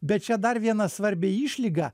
bet čia dar viena svarbi išlyga